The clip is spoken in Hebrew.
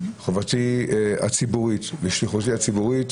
חובתי הציבורית ושליחותי הציבורית,